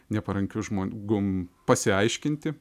neparankiu žmogum pasiaiškinti